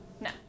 no